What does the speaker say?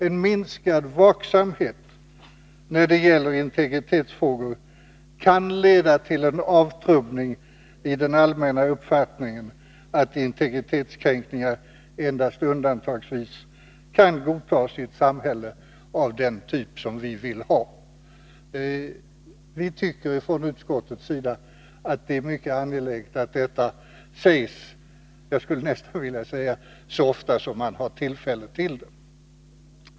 En minskad vaksamhet när det gäller integritetsfrågor kan leda till en avtrubbning i den allmänna uppfattningen att integritetskränkningar endast undantagsvis kan godtas i ett samhälle av den typ som vi vill ha. Vi från utskottets sida tycker att det är mycket angeläget att detta framhålls — jag skulle nästan vilja säga: så ofta som man har tillfälle till det.